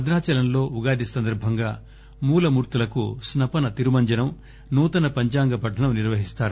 భద్రాచలంలో ఉగాది సందర్భంగా మూల మూర్తులకు స్ప పన తిరుమంజనం నూతన పంచాగ పఠనం నిర్వహిస్తారు